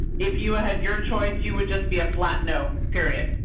if you had your choice, you would just be a flat. no period.